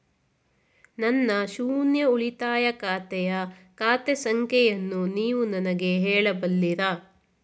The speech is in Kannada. ನನ್ನ ಶೂನ್ಯ ಉಳಿತಾಯ ಖಾತೆಯ ಖಾತೆ ಸಂಖ್ಯೆಯನ್ನು ನೀವು ನನಗೆ ಹೇಳಬಲ್ಲಿರಾ?